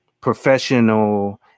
professional